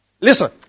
Listen